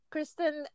Kristen